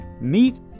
meet